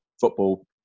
football